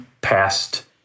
past